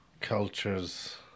cultures